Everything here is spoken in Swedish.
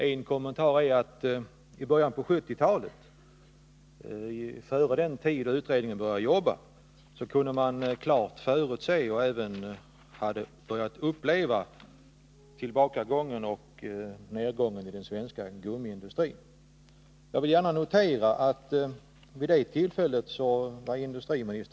I början på 1970-talet — före den tid då utredningen började arbeta — kunde man klart förutse och hade även börjat uppleva tillbakagången och nedgången i den svenska gummiindustrin. Jag vill gärna erinra om att industriministern och jag då var överens om mycket.